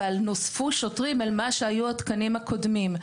אבל נוספו שוטרים אל מה שהיו התקנים הקודמים.